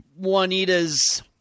Juanita's